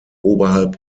oberhalb